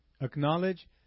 Acknowledge